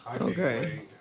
Okay